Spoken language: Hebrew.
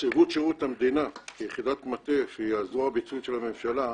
נציבות שירות המדינה כיחידת מטה שהיא הזרוע הביצועית של הממשלה,